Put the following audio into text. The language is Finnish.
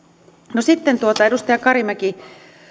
no sitten edustaja karimäki